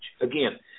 Again